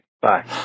Bye